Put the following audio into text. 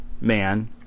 Man